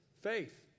Faith